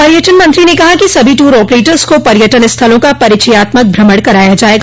पर्यटन मंत्री ने कहा कि सभी टूर ऑपरेटर्स को पर्यटन स्थलों का परिचयात्मक भ्रमण कराया जायेगा